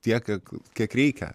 tiek kiek reikia